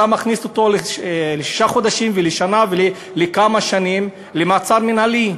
אתה מכניס אותו לשישה חודשים ולשנה ולכמה שנים למעצר מינהלי,